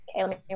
Okay